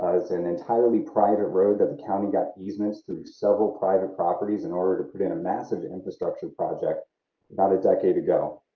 is an entirely private road that the county got easements through several private properties in order to prevent a massive infrastructure project about a decade ago.